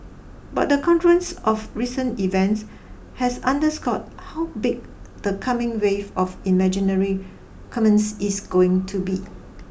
but the confluence of recent events has underscored how big the coming wave of imaginary commerce is going to be